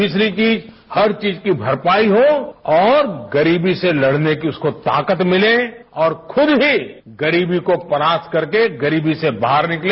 तीसरी चीज हर चीज की भरपाई हो और गरीबी से लड़ने की उसको ताकत मिले और खुद ही गरीबी को परास्त करके गरीबी से बाहर निकले